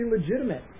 legitimate